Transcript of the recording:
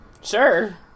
Sure